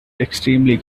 extremely